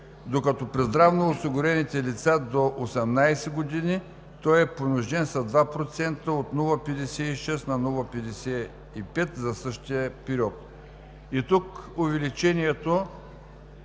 докато при здравноосигурените лица до 18 години той е понижен с 2% – от 0,56 на 0,55 за същия период. И тук увеличението